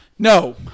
No